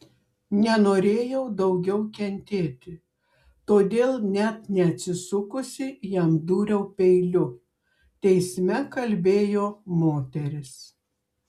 nenorėjau daugiau kentėti todėl net neatsisukusi jam dūriau peiliu teisme kalbėjo moteris